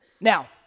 Now